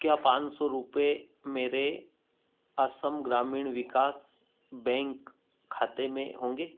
क्या पाँच सौ रुपये मेरे असम ग्रामीण विकास बैंक खाते में होंगे